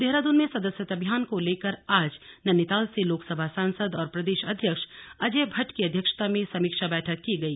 देहरादून में सदस्यता अभियान को लेकर आज नैनीताल से लोकसभा सांसद और प्रदेश अध्यक्ष अजय भट्ट की अध्यक्षता में समीक्षा बैठक की गई